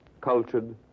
cultured